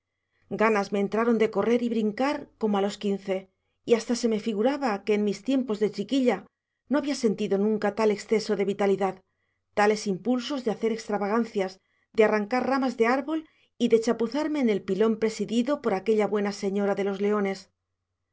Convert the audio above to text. ganas me entraron de correr y brincar como a los quince y hasta se me figuraba que en mis tiempos de chiquilla no había sentido nunca tal exceso de vitalidad tales impulsos de hacer extravagancias de arrancar ramas de árbol y de chapuzarme en el pilón presidido por aquella buena señora de los leones